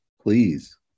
please